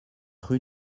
rue